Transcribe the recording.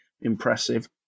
impressive